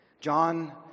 John